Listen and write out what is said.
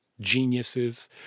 geniuses